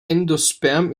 endosperm